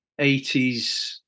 80s